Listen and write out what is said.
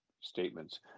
statements